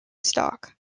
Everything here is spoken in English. stock